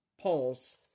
polls